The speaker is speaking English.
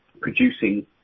producing